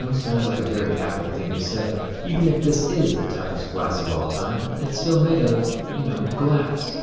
sounds like a very apple thing to say. even if this is the toughest glass of all time, it's still made of, you know, glass.